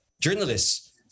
journalists